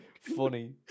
Funny